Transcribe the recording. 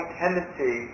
tendency